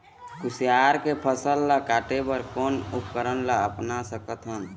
कुसियार के फसल ला काटे बर कोन उपकरण ला अपना सकथन?